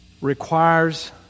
requires